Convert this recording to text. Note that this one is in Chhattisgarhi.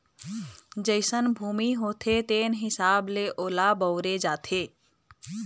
जइसन भूमि होथे तेन हिसाब ले ओला बउरे जाथे